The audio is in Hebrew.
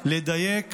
מגיעה לדייק